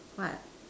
what